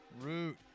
Root